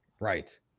Right